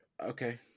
okay